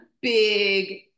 big